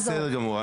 לא, בסדר גמור.